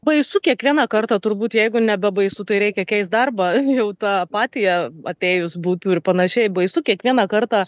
baisu kiekvieną kartą turbūt jeigu nebebaisu tai reikia keist darbą jau ta apatija atėjus būtų ir panašiai baisu kiekvieną kartą